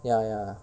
ya ya